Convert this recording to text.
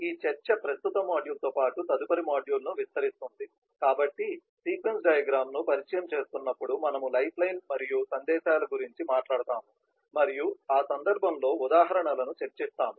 ఈ చర్చ ప్రస్తుత మాడ్యూల్తో పాటు తదుపరి మాడ్యూల్ను విస్తరిస్తుంది కాబట్టి సీక్వెన్స్ డయాగ్రమ్ ను పరిచయం చేస్తున్నప్పుడు మనము లైఫ్లైన్ మరియు సందేశాల గురించి మాట్లాడుతాము మరియు ఆ సందర్భంలో ఉదాహరణలను చర్చిస్తాము